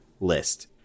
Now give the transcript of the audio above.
list